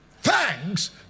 thanks